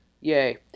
Yay